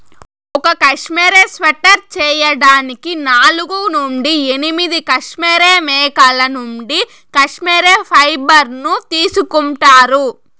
ఒక cashmere sweater చేయడానికి నాలుగు నుండి ఎనిమిది కష్మెరె మేకల నుండి కష్మెరె ఫైబర్ ను తీసుకుంటారు